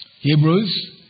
Hebrews